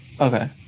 Okay